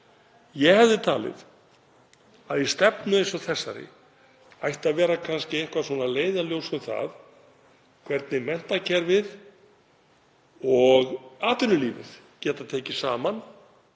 Ég hefði talið að í stefnu eins og þessari ætti að vera eitthvert leiðarljós um það hvernig menntakerfið og atvinnulífið geta tekið saman